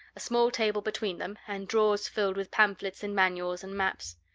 a small table between them, and drawers filled with pamphlets and manuals and maps.